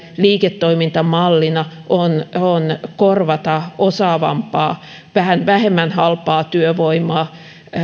liiketoimintamallina on korvata osaavampaa vähän vähemmän halpaa työvoimaa